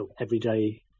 everyday